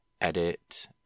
edit